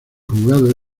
juzgado